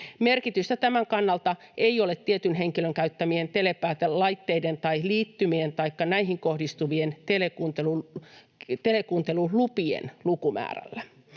Merkitystä tämän kannalta ei ole tietyn henkilön käyttämien telepäätelaitteiden tai liittymien taikka näihin kohdistuvien telekuuntelulupien lukumäärällä.